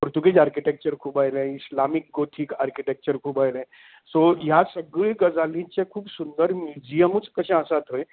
Portuguese architecture खूब आयले Islamic कोचीक आर्किटेकचर खूब आयले सो ह्या सगळे गजालीचें खूब सुंदर म्युजीयमूच कशें आसा थंय